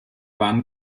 waren